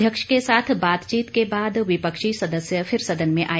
अध्यक्ष के साथ बातचीत के बाद विपक्षी सदस्य फिर सदन में आए